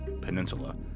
Peninsula